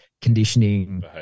conditioning